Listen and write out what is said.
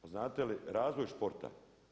A znate li razvoj športa?